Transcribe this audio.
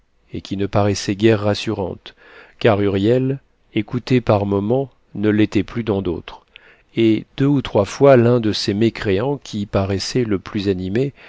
et qui ne paraissait guère rassurante car huriel écouté par moments ne l'était plus dans d'autres et deux ou trois fois l'un de ces mécréants qui paraissait le plus animé